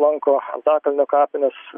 lanko antakalnio kapines